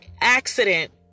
accident